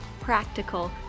practical